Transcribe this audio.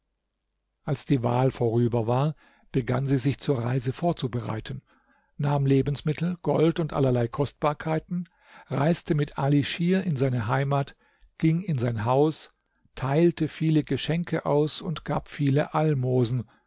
als die wahl vorüber war begann sie sich zur reise vorzubereiten nahm lebensmittel gold und allerlei kostbarkeiten reiste mit ali schir in seine heimat ging in sein haus teilte viele geschenke aus und gab viele almosen